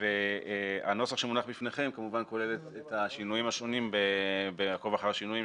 הנוסח שמונח בפניכם כולל את השינויים השונים בעקוב אחר שינויים,